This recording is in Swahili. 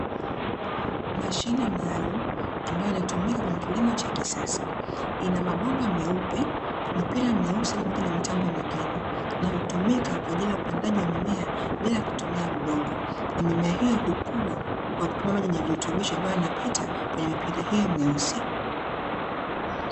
Mashine maalumu, ambayo inatumika kwenye kilimo cha kisasa. Ina mabomba meupe, mipira meusi, pamoja na mitambo mIngine; na hutumika kwa ajili ya upandaji wa mimea bila kutumia udongo, na mimea hiyo hukua kwa kutumia maji yenye virutubisho, ambayo yanapita kwenye mipira hio myeusi.